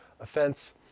offense